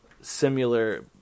similar